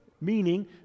meaning